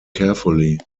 carefully